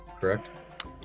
correct